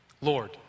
Lord